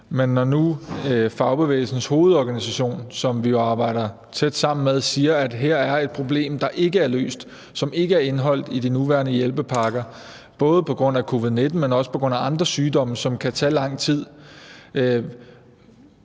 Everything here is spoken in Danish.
Men når nu Fagbevægelsens Hovedorganisation, som vi arbejder tæt sammen med, siger, at her er et problem, der ikke er løst med de nuværende hjælpepakker, både i forhold til covid-19, men også i forhold til andre sygdomme, som kan tage lang tid,